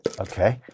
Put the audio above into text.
Okay